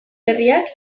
herriak